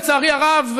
לצערי הרב,